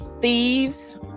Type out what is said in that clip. thieves